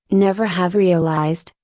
never have realized,